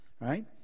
right